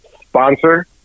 sponsor